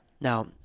Now